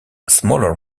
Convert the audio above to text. smaller